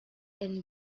and